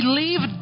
leave